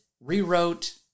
rewrote